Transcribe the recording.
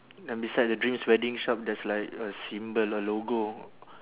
then beside the dreams wedding shop there's like a symbol a logo